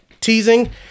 teasing